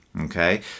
okay